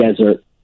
desert